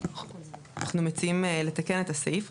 אנחנו מציעים לתקן את הסעיף.